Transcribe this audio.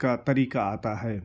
کا طریقہ آتا ہے